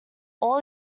all